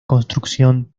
construcción